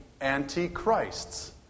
Antichrists